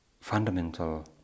fundamental